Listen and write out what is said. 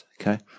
Okay